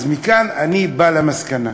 אז מכאן אני מגיע למסקנה: